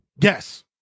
Yes